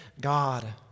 God